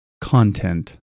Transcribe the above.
content